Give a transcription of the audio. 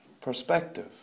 perspective